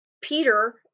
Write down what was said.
Peter